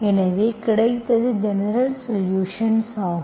எனவே கிடைத்தது ஜெனரல்சொலுஷன்ஸ் ஆகும்